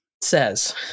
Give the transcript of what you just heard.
says